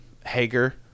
Hager